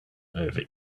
over